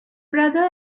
brother